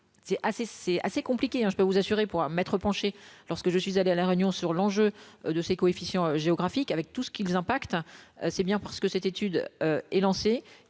c'est assez compliqué, hein, je peux vous assurer pour un maître penché lorsque je suis allée à la réunion sur l'enjeu de ces coefficients géographiques, avec tout ce qui les impacts, c'est bien parce que cette étude est lancée,